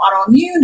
autoimmune